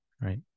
Right